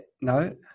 No